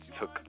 took